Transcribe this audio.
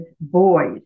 boys